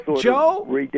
Joe